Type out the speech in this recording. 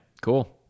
Cool